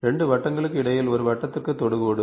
2 வட்டங்களுக்கு இடையில் ஒரு வட்டத்திற்கு தொடுகோடு